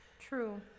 True